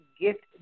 gift